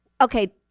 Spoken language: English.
okay